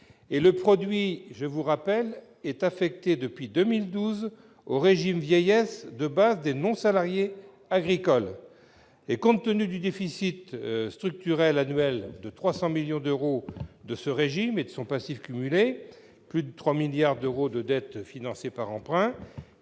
le produit de cette taxe est affecté au régime vieillesse de base des non-salariés agricoles. Compte tenu du déficit structurel annuel de 300 millions d'euros de ce régime et de son passif cumulé- plus de 3 milliards d'euros de dettes financées par emprunt